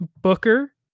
booker